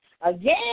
Again